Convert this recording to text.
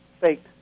fake